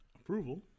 approval